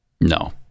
No